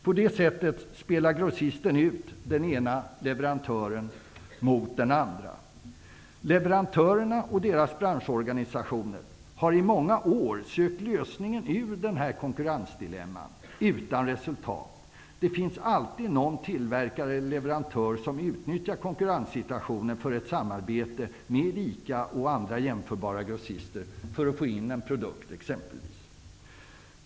På det sättet spelar grossisten ut den ena leverantören mot den andra. Leverantörerna och deras branschorganisationer har i många år sökt lösningen ur detta konkurrensdilemma -- utan resultat. Det finns alltid någon tillverkare eller leverantör som utnyttjar konkurrenssituationen för ett samarbete med ICA och andra jämförbara grossister för att få in en produkt.